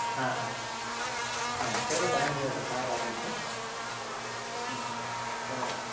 ᱦᱮᱸ ᱦᱮᱸ ᱦᱮᱸ ᱦᱮᱸ ᱤᱱᱠᱟᱹ ᱫᱚ ᱛᱟᱦᱮᱱ ᱜᱮᱭᱟ ᱦᱟᱨ ᱟᱨ ᱡᱤᱛ ᱫᱚ ᱦᱩᱸ ᱛᱚ